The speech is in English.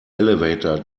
elevator